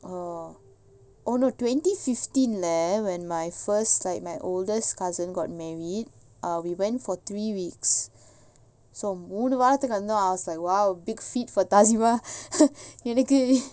oh no twenty fifteen leh when my first like my oldest cousin got married err we went for three weeks so மூணுவாரத்துக்குவந்து:moonu varathuku vandhu I was like !wow! எனக்கு:enaku